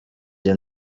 jye